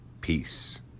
Peace